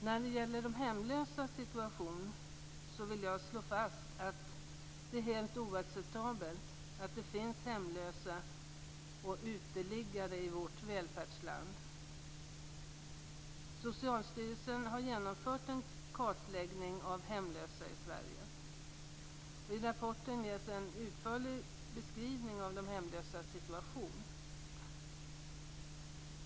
När det gäller de hemlösas situation så vill jag slå fast att det är helt oacceptabelt att det finns hemlösa och uteliggare i vårt välfärdsland. Socialstyrelsen har genomfört en kartläggning av hemlösa i Sverige. I rapporten ges en utförlig beskrivning av de hemlösas situation.